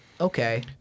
okay